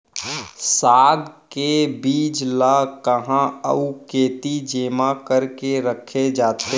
साग के बीज ला कहाँ अऊ केती जेमा करके रखे जाथे?